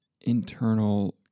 internal